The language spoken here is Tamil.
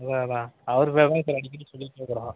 அதான் அதான் அவர் பேரை தான் சார் அடிக்கடி சொல்லிட்ருக்கிறான்